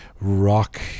rock